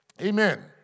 Amen